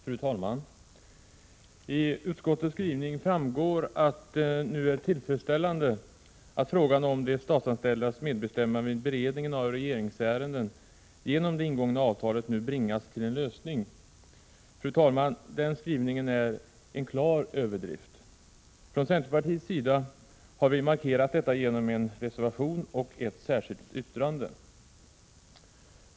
Fru talman! Av utskottets skrivning framgår att det nu är tillfredsställande att frågan om de statsanställdas medbestämmande vid beredningen av regeringsärenden genom det ingångna avtalet nu bringas till en lösning. Fru talman! Denna skrivning är en klar överdrift. Från centerpartiets sida har vi markerat detta genom en reservation och ett särskilt yttrande.